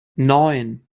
neun